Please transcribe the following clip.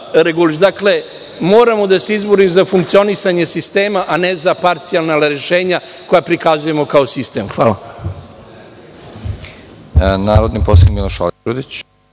regulišu. Dakle, moramo da se izborimo za funkcionisanje sistema, a ne za parcijalna rešenja koja prikazujemo kao sistem. Hvala.